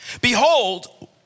behold